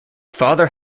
father